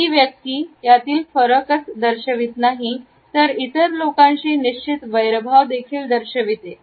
ही व्यक्ती यातील फरकच दर्शवीत नाही तर इतर लोकांशी निश्चित वैरभाव देखील दर्शवितो